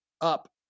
up